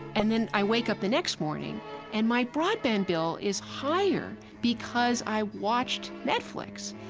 and then i wake up the next morning and my broadband bill is higher because i watched netflix.